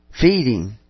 Feeding